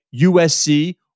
USC